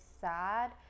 sad